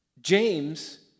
James